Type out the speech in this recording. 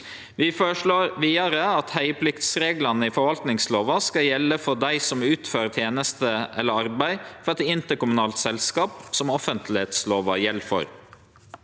Vi føreslår vidare at teiepliktsreglane i forvaltingslova skal gjelde for dei som utfører tenester eller arbeid for eit interkommunalt selskap som offentleglova gjeld for.